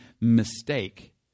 mistake